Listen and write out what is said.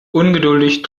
ungeduldig